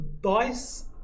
dice